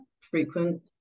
frequent